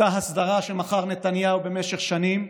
אותה הסדרה שמכר נתניהו במשך שנים,